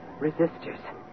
resistors